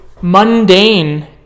mundane